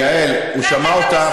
גברתי, יעל, הוא שמע אותך.